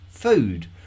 food